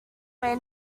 may